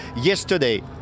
yesterday